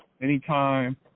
anytime